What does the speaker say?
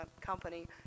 company